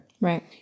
Right